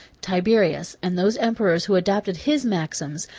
tiberius, and those emperors who adopted his maxims,